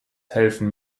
helfen